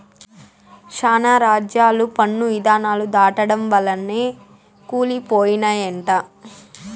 శానా రాజ్యాలు పన్ను ఇధానాలు దాటడం వల్లనే కూలి పోయినయంట